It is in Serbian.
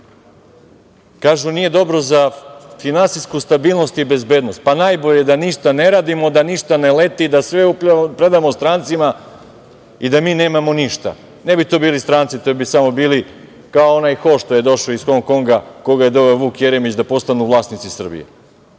Kažu – nije dobro za finansijsku stabilnost i bezbednost. Pa, najbolje da ništa ne radimo, da ništa ne leti, da sve predamo strancima i da mi nemamo ništa. Ne bi to bili stranci, to bi samo bili kao onaj Ho što je došao iz Hong Konga, koga je doveo Vuk Jeremić da postanu vlasnici Srbije,